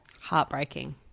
Heartbreaking